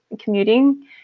commuting